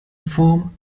form